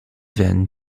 then